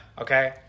Okay